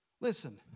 Listen